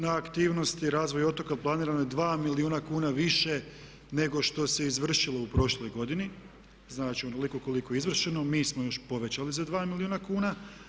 Na aktivnosti i razvoj otoka planirano je 2 milijuna kuna više nego što ste izvršilo u prošloj godini, znači onoliko koliko je izvršeno, mi smo još povećali za 2 milijuna kuna.